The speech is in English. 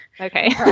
Okay